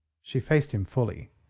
she faced him fully,